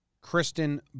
Kristen